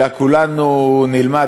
אלא כולנו נלמד,